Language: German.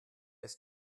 ist